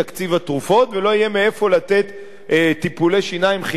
ולא יהיה מאיפה לתת טיפולי שיניים חינם לילדים,